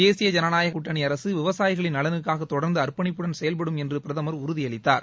தேசிய ஜனநாயக கூட்டணி அரக விவசாயிகளின் நலனுக்காக தொடர்ந்து அர்ப்பணிப்புடன் செயல்படும என்று பிரதமர் உறுதியளித்தார்